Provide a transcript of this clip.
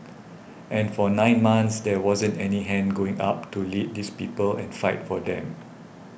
and for nine months there wasn't any hand going up to lead these people and fight for them